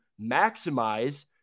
maximize